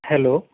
hello